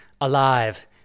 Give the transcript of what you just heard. alive